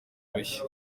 bushya